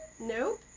Nope